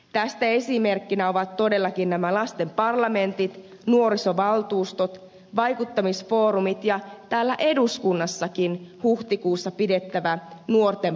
tästä esimerkkeinä ovat todellakin nämä lasten parlamentit nuorisovaltuustot vaikuttamisfoorumit ja täällä eduskunnassakin huhtikuussa pidettävä nuorten parlamentti